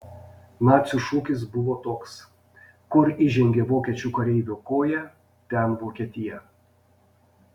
nacių šūkis buvo toks kur įžengė vokiečių kareivio koja ten vokietija